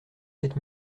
sept